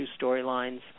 storylines